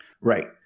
Right